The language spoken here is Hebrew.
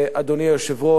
אדוני היושב-ראש,